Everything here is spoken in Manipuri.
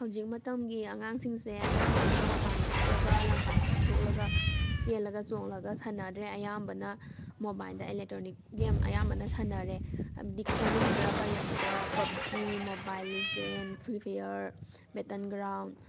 ꯍꯧꯖꯤꯛ ꯃꯇꯝꯒꯤ ꯑꯉꯥꯡꯁꯤꯡꯁꯦ ꯑꯌꯥꯝꯕꯅ ꯃꯄꯥꯟꯗ ꯊꯣꯛꯂꯒ ꯂꯝꯄꯥꯛꯇ ꯊꯣꯛꯂꯒ ꯆꯦꯜꯂꯒ ꯆꯣꯡꯂꯒ ꯁꯥꯟꯅꯗ꯭ꯔꯦ ꯑꯌꯥꯝꯕꯅ ꯃꯣꯕꯥꯏꯟꯗ ꯑꯦꯂꯦꯛꯇ꯭ꯔꯣꯅꯤꯛ ꯒꯦꯝ ꯑꯌꯥꯝꯕꯅ ꯁꯥꯟꯅꯔꯦ ꯍꯥꯏꯕꯗꯤ ꯃꯃꯤꯡ ꯈꯔ ꯄꯜꯂꯕꯗ ꯄꯕꯖꯤ Mobile Legend Free Fire Battle ground